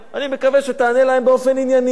אני מקווה שתענה להם באופן ענייני.